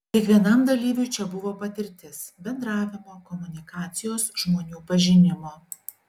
kiekvienam dalyviui čia buvo patirtis bendravimo komunikacijos žmonių pažinimo